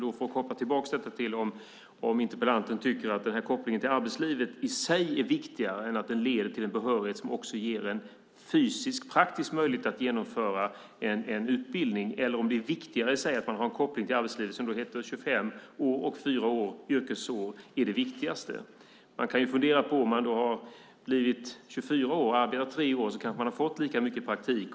Då undrar jag om interpellanten tycker att kopplingen till arbetslivet i sig är viktigare än att detta leder till en behörighet som också ger en fysisk praktisk möjlighet att genomföra en utbildning. Är det viktigare i sig att man har en koppling till arbetslivet - att man är 25 år och har fyra år i yrkeslivet? Man kan fundera på följande: Om man är 24 år och har arbetat tre år har man kanske fått lika mycket praktik.